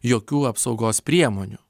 jokių apsaugos priemonių